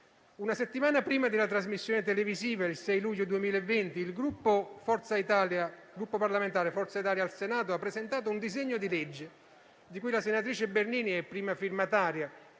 Una settimana prima della trasmissione televisiva, il 6 luglio 2020, il Gruppo parlamentare di Forza Italia al Senato ha presentato un disegno di legge, di cui la senatrice Bernini è prima firmataria,